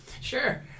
Sure